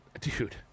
Dude